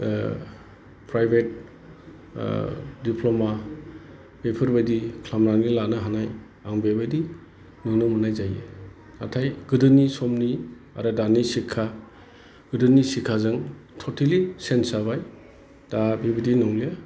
private डिफ्ल'मा बेफोरबादि खालामनानै लानो हानाय बेबादि नुनो मोननाय जायो नाथाय गोदोनि समनि आरो दानि सिखखा गोदोनि सिखखाजों टटेलि चेन्ज जाबाय दा बिबादि नंलिया